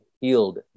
healed